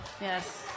Yes